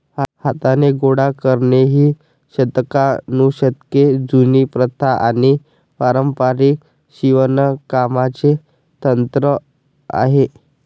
हाताने गोळा करणे ही शतकानुशतके जुनी प्रथा आणि पारंपारिक शिवणकामाचे तंत्र आहे